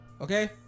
Okay